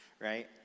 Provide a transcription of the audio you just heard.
right